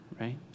right